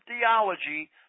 theology